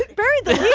bury the